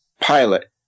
pilot